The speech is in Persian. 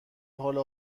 حال